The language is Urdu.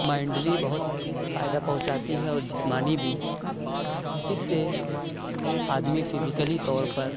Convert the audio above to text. مائنڈلی بہت فائدہ پہونچاتی ہے اور جسمانی بھی اِس سے آدمی فزیکلی طور پر